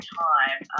time